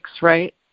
right